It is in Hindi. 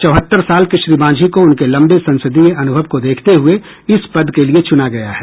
चौहत्तर साल के श्री मांझी को उनके लंबे संसदीय अनुभव को देखते हुए इस पद के लिए चुना गया है